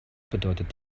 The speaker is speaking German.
bedeutet